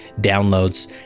downloads